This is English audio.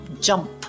Jump